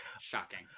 Shocking